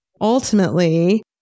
Ultimately